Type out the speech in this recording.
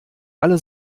alle